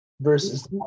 versus